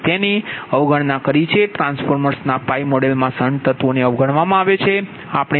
આપ્ણે તેની અવગણના કરી છે અને ટ્રાન્સફોર્મર ના pi મોડેલમાં શન્ટ તત્વો ને અવગણવામાં આવે છે